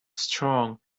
strong